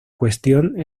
cuestión